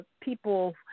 people